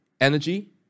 energy